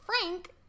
Frank